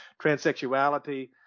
transsexuality